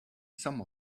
some